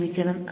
ക്ഷമിക്കണം